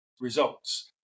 results